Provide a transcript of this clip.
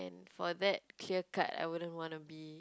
for that clear cut I wouldn't want to be